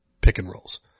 pick-and-rolls